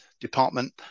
Department